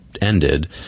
ended